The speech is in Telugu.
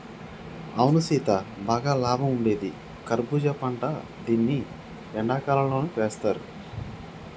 అవును సీత బాగా లాభం ఉండేది కర్బూజా పంట దీన్ని ఎండకాలంతో వేస్తారు